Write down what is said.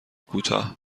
کوتاه